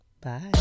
bye